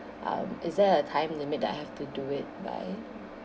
um is there a time limit that I have to do it by